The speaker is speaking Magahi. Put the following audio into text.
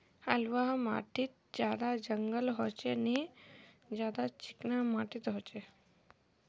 बलवाह माटित ज्यादा जंगल होचे ने ज्यादा चिकना माटित होचए?